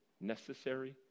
necessary